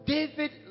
David